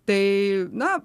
tai na